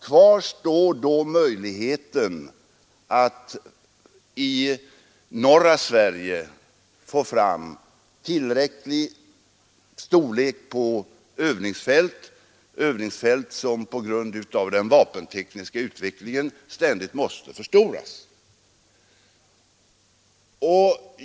Kvar står då möjligheten att i norra Sverige få fram tillräckligt stora övningsfält, övningsfält som på grund av den vapentekniska utvecklingen ständigt måste förstoras.